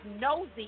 nosy